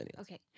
Okay